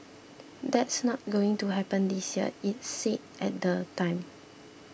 that's not going to happen this year it said at the time